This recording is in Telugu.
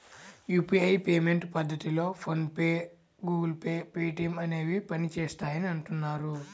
యూపీఐ పేమెంట్ పద్ధతిలో PhonePe, GPay, Paytm అనేవి పనిచేస్తాయని అంటున్నారు